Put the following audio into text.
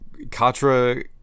Katra